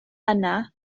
yna